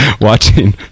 watching